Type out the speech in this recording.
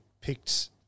picked